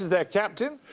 their captain.